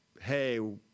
hey